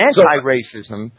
Anti-racism